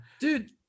dude